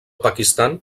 pakistan